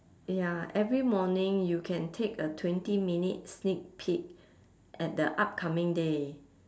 ya every morning you can take a twenty minute sneak peek at the upcoming day